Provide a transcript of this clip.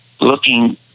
looking